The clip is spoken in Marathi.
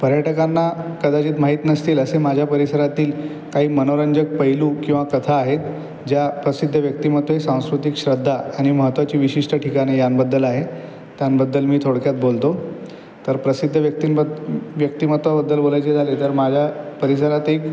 पर्यटकांना कदाचित माहीत नसतील असे माझ्या परिसरातील काही मनोरंजक पैलू किंवा प्रथा आहेत ज्या प्रसिद्ध व्यक्तिमत्त्वे सांस्कृतिक श्रद्धा आणि महत्त्वाची विशिष्ट ठिकाणे यांबद्दल आहे त्यांबद्दल मी थोडक्यात बोलतो तर प्रसिद्ध व्यक्तिंबद् व्यक्तिमत्त्वाबद्दल बोलायचे झाले तर माझ्या परिसरात एक